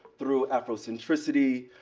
through afrocentricity,